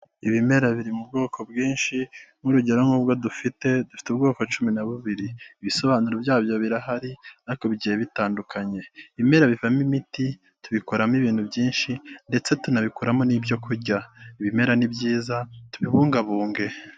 Ibimera biri mu bwoko bwinshi nk'urugero nk'ubwo dufite, dufite ubwoko cumi na bubiri ibisobanuro byabyo birahari ariko bigiye bitandukanye, ibimera bivamo imiti tubikoramo ibintu byinshi ndetse tunabikoramo n'ibyokurya, ibimera ni byiza tubibungabunge.